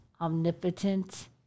omnipotent